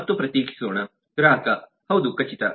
ಹಾಗೂ ಪ್ರತ್ಯೇಕಿಸೋಣ ಗ್ರಾಹಕ ಹೌದು ಖಚಿತ